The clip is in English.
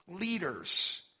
leaders